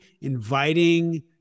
inviting